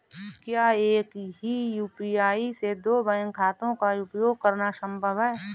क्या एक ही यू.पी.आई से दो बैंक खातों का उपयोग करना संभव है?